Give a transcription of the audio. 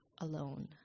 alone